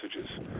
messages